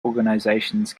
organizations